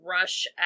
rush